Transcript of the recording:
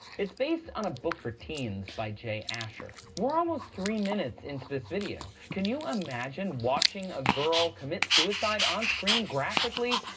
based on a book for teens by jay asher. we're almost three minutes into this video. can you imagine watching a girl commit suicide on screen graphically?